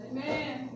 Amen